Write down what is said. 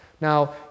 Now